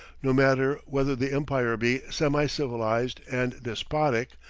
no matter whether the empire be semi-civilized and despotic,